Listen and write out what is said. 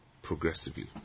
progressively